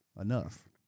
enough